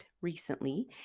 recently